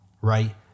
right